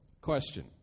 question